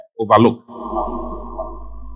overlook